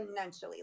exponentially